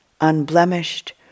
unblemished